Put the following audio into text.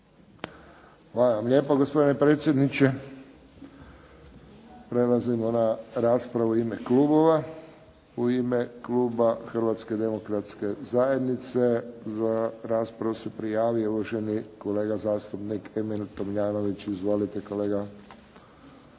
Hvala vam lijepo gospodine predsjedniče. Prelazimo na raspravu u ime klubova. U ime kluba Hrvatske demokratske zajednice za raspravu se prijavio uvaženi kolega zastupnik Emil Tomljanović. Izvolite kolega.